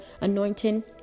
anointing